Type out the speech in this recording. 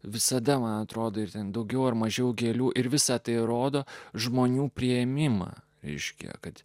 visada man atrodo ir ten daugiau ar mažiau gėlių ir visa tai rodo žmonių priėmimą reiškia kad